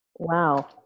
Wow